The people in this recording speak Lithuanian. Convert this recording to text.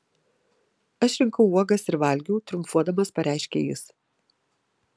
aš rinkau uogas ir valgiau triumfuodamas pareiškė jis